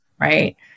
right